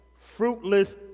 fruitless